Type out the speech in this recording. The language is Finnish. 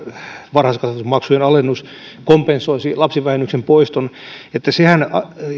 varhaiskasvatusmaksujen alennus kompensoisi lapsivähennyksen poiston että sehän